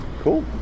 Cool